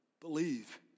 Believe